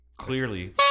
Clearly